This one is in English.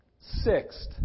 sixth